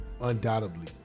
Undoubtedly